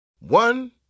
One